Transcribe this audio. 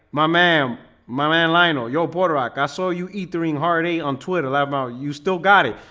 my man my man lionel your puerto rock i saw you eat the ring hardy on twitter that about you still got it.